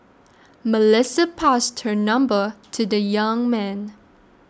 Melissa passed her number to the young man